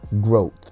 growth